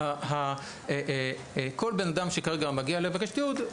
כל בן אדם שכרגע מגיע לבקש תיעוד,